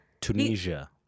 Tunisia